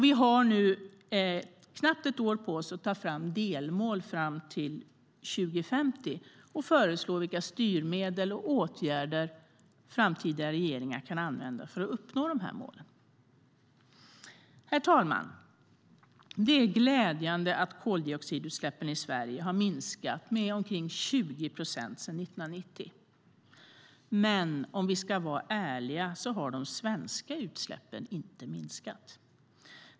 Vi har nu knappt ett år på oss att ta fram delmål fram till 2050 och föreslå vilka styrmedel och åtgärder framtida regeringar kan använda för att uppnå målen. Herr talman! Det är glädjande att koldioxidutsläppen i Sverige har minskat med omkring 20 procent sedan 1990. Men om vi ska vara ärliga har de svenska utsläppen inte minskat.